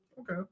okay